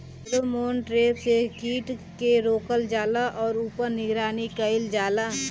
Pheromone trap से कीट के रोकल जाला और ऊपर निगरानी कइल जाला?